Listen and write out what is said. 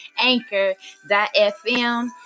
anchor.fm